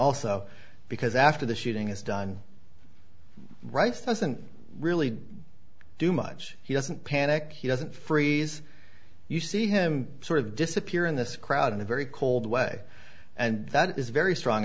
also because after the shooting is done rice doesn't really do much he doesn't panic he doesn't freeze you see him sort of disappear in this crowd in a very cold way and that is very strong